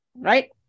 Right